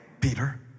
Peter